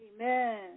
Amen